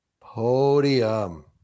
Podium